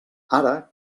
ara